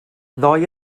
ddoi